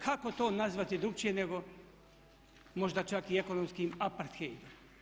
Kako to nazvati drukčije nego možda čak i ekonomskim aparthejdom?